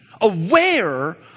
aware